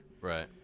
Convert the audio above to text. Right